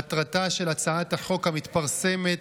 מטרתה של הצעת החוק המתפרסמת,